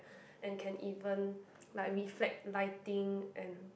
and can even like reflect lighting and